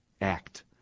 act